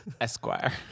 Esquire